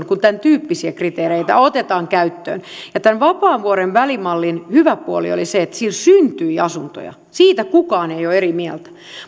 kun tämäntyyppisiä kriteereitä otetaan käyttöön tämän vapaavuoren välimallin hyvä puoli oli se että sillä syntyi asuntoja siitä kukaan ei ole eri mieltä